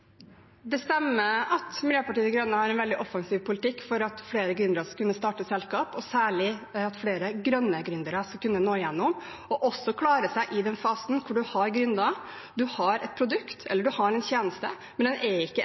Det stemmer at Miljøpartiet De Grønne har en veldig offensiv politikk for at flere gründere skal kunne starte selskap, og særlig at flere grønne gründere skal kunne nå gjennom og klare seg i fasen der en har gründet og har et produkt eller en tjeneste, men den er ennå ikke